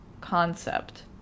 concept